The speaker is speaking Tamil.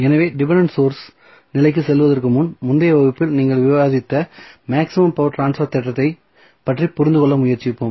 எனவே டிபென்டென்ட் சோர்ஸ் நிலைக்குச் செல்வதற்கு முன் முந்தைய வகுப்பில் நாங்கள் விவாதித்த மேக்ஸிமம் பவர் ட்ரான்ஸ்பர் தேற்றத்தைப் பற்றி புரிந்துகொள்ள முயற்சிப்போம்